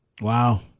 Wow